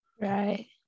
Right